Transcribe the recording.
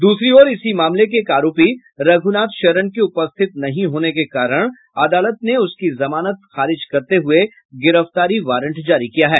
दूसरी ओर इसी मामले के एक आरोपी रघुनाथ शरण के उपस्थित नहीं होने के कारण अदालत ने उसकी जमानत खारिज करते हुये गिरफ्तारी वारंट जारी किया है